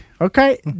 Okay